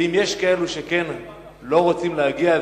ואם יש כאלו שלא רוצים להגיע,